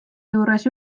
juures